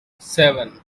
seven